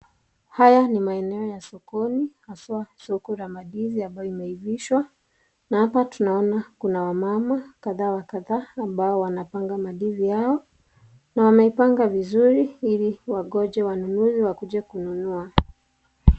Haya ni maeneo ya sokoni haswa soko la mandizi ambayo yameivishwa na hapa tunaona kuna wamama kadhaa wa kadhaa ambao wanapanga mandizi yao na wamepanga vizuri ili wangoje wanunuzi wakuje kununua.